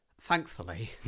thankfully